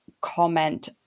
comment